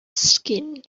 skin